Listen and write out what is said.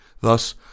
Thus